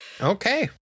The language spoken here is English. Okay